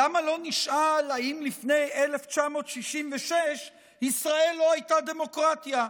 למה לא נשאל אם לפני 1966 ישראל לא הייתה דמוקרטיה?